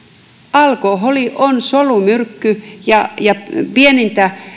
alkoholi on solumyrkky ja ja pienintä